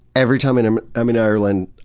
every time and i'm i'm in ireland,